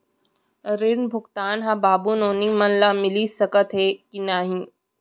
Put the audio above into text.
ऋण भुगतान ह बाबू नोनी मन ला मिलिस सकथे की नहीं?